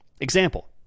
Example